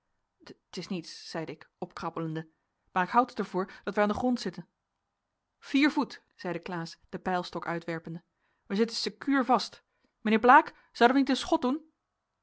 t is niets zeide ik opkrabbelende maar ik houd het ervoor dat wij aan den grond zitten vier voet zeide klaas den peilstok uitwerpende wij zitten secuur vast ook mijnheer blaek zouden wij niet een schot doen